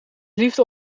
liefde